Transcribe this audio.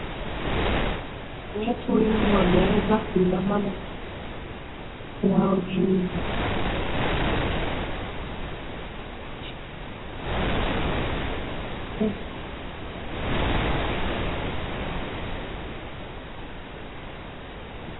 Watu wengi wameweza kuinamana na mikono yao juu juu. Wengine wameweza kuinamana chini lakini wameweza kufaa. Pia kuna vitu.